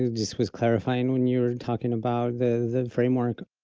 this was clarifying when you're talking about the the framework.